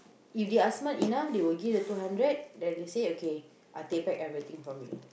if they are smart enough they will give the two hundred then they say okay I take back everything from you